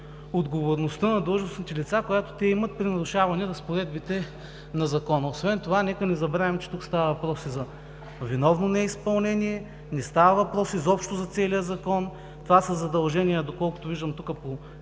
отговорността на длъжностните лица, която те имат при нарушаване разпоредбите на Закона. Освен това нека не забравяме, че тук става въпрос и за виновно неизпълнение, не става въпрос изобщо за целия закон. Това са задължения, доколкото виждам тук, по